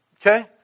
Okay